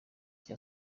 cya